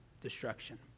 destruction